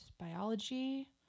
biology